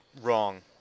wrong